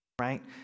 right